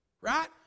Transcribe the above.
Right